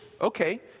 Okay